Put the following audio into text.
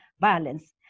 violence